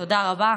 תודה רבה.